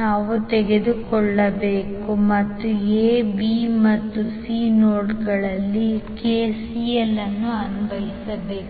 ನಾವು ತೆಗೆದುಕೊಳ್ಳಬೇಕು ಮತ್ತು A B ಮತ್ತು C ನೋಡ್ಗಳಲ್ಲಿ KCL ಅನ್ನು ಅನ್ವಯಿಸಬೇಕು